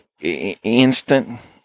instant